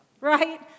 Right